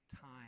time